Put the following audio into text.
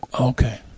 Okay